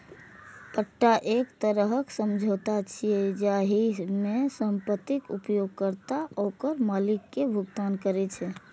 पट्टा एक तरह समझौता छियै, जाहि मे संपत्तिक उपयोगकर्ता ओकर मालिक कें भुगतान करै छै